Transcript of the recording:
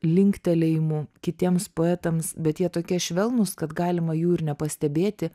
linktelėjimų kitiems poetams bet jie tokie švelnūs kad galima jų ir nepastebėti